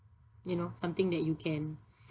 you know something that you can